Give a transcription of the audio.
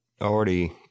already